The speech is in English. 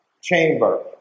chamber